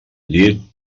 llit